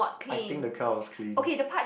I think the car was clean